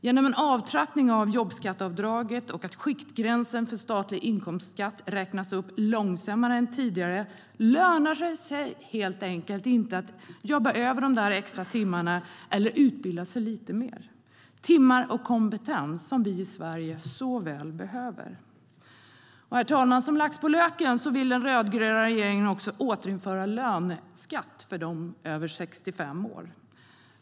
Genom en avtrappning av jobbskatteavdraget och att skiktgränsen för statlig inkomstskatt räknas upp långsammare än tidigare lönar det sig helt enkelt inte att jobba över de där extra timmarna eller utbilda sig lite mer. Det är timmar och kompetens som vi i Sverige så väl behöver. Herr talman! Som lök på laxen vill den rödgröna regeringen också återinföra löneskatt för dem över 65 år.